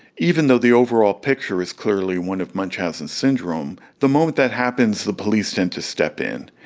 even though the overall picture is clearly one of munchausen's syndrome, the moment that happens the police tend to step in,